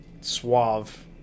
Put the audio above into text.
suave